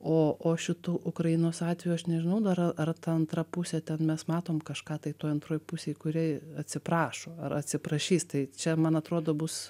o o šitu ukrainos atveju aš nežinau dar ar antra pusė ten mes matom kažką tai toj antroj pusėj kuri atsiprašo ar atsiprašys tai čia man atrodo bus